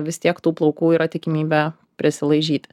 vis tiek tų plaukų yra tikimybė prisilaižyti